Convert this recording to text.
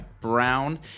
Brown